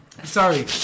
Sorry